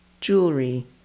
jewelry